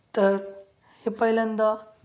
तर हे पहिल्यांदा